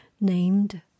named